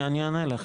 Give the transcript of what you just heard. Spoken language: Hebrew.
אני אענה לך,